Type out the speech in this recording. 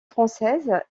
française